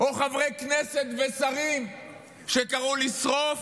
או חברי כנסת ושרים שקראו לשרוף